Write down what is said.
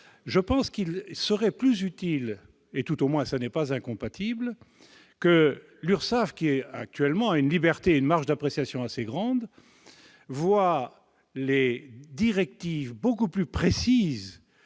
Je pense qu'il serait plus utile, ou du moins n'est-ce pas incompatible, que l'URSSAF, qui a actuellement une liberté et une marge d'appréciation assez grande, considère les directives de façon beaucoup plus précise,